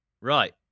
Right